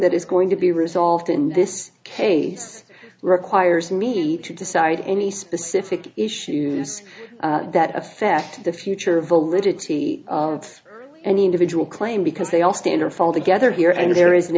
that is going to be resolved in this case requires me to decide any specific issues that affect the future validity of any individual claim because they all stand or fall together here and there is an